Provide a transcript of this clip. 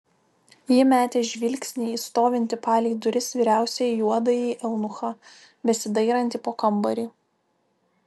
ji metė žvilgsnį į stovintį palei duris vyriausiąjį juodąjį eunuchą besidairantį po kambarį